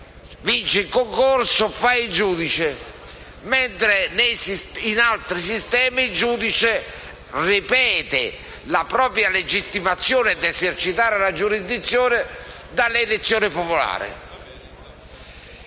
vince il concorso e fa il giudice. In altri sistemi, invece, il giudice ripete la propria legittimazione ad esercitare la giurisdizione dall'elezione popolare.